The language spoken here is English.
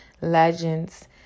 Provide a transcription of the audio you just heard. legends